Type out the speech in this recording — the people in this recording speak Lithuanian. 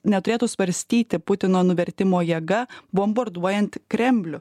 neturėtų svarstyti putino nuvertimo jėga bombarduojant kremlių